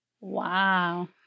Wow